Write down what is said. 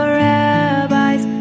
rabbis